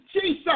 Jesus